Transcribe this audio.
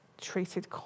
treated